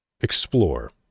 explore